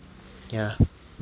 ya